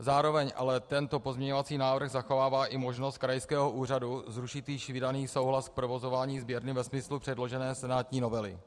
Zároveň ale tento pozměňovací návrh zachovává i možnost krajského úřadu zrušit již vydaný souhlas k provozování sběrny ve smyslu předložené senátní novely.